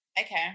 okay